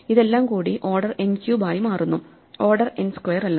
ഇതെല്ലാം കൂടി order n cube ആയി മാറുന്നുഓർഡർ n സ്ക്വയറല്ല